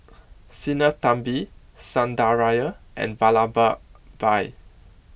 Sinnathamby Sundaraiah and Vallabhbhai